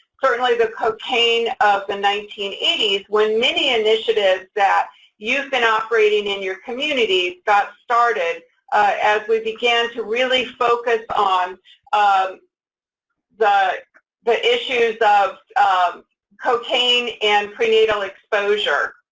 certainly the cocaine of the nineteen eighty s, when many initiatives that you've been operating in your communities got started as we began to really focus on um the the issues of cocaine and prenatal exposure.